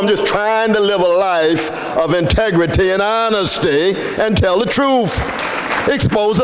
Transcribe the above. i'm just trying to level of integrity and honesty and tell the truth expose